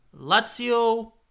Lazio